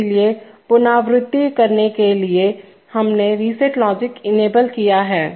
इसलिए पुनरावृत्ति करने के लिए हमने रीसेट लॉजिक इनेबल किया है